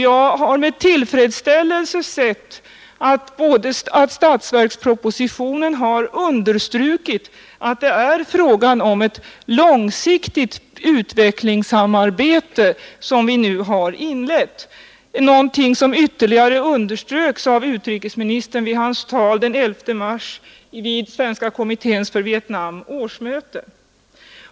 Jag har med tillfredsställelse sett att statsverkspropositionen har framhållit att det är ett långsiktigt utvecklingssamarbete som vi nu har inlett — någonting som ytterligare underströks av utrikesministern i hans tal den 11 mars vid Svenska kommitténs för Vietnam årsmöte.